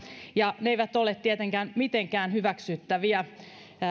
ja kaltoinkohtelutapaukset eivät ole tietenkään mitenkään hyväksyttäviä